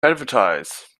advertise